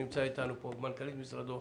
איתנו פה עם מנכ"לית משרדו,